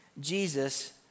Jesus